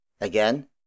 Again